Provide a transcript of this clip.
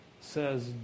says